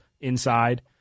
inside